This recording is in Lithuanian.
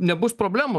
nebus problemų